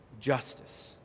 justice